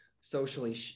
socially